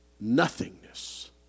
nothingness